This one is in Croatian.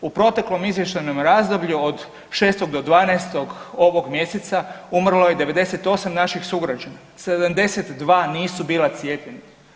U proteklom izvještajnom razdoblju od 6. do 12. ovog mjeseca umrlo je 98 naših sugrađana, 72 nisu bila cijepljenja.